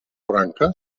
branca